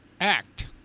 act